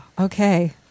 okay